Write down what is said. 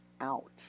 out